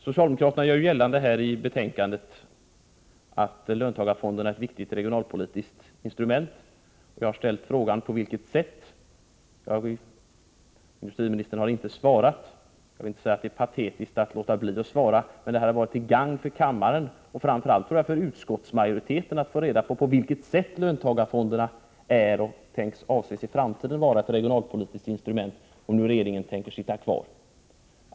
Socialdemokraterna gör i betänkandet gällande att löntagarfonderna är ett viktigt regionalpolitiskt instrument. Jag har ställt frågan: På vilket sätt? Industriministern har inte svarat. Jag vill inte säga att det är patetiskt att låta bli att svara, men det hade varit till gagn för kammaren — och framför allt för utskottsmajoriteten — om vi hade fått veta på vilket sätt löntagarfonderna i dag är och, om nu regeringen sitter kvar, i framtiden är tänkta att vara ett regionalpolitiskt instrument.